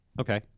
Okay